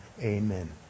amen